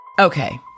Okay